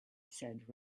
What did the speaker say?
said